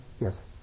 Yes